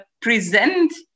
present